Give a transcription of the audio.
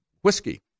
whiskey